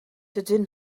dydyn